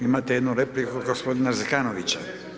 Imate jednu repliku gospodina Zekanovića.